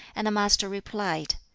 and the master replied,